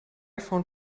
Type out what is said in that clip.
found